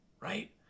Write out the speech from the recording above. right